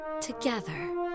together